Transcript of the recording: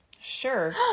sure